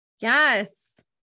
Yes